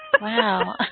Wow